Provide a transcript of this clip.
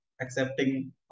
accepting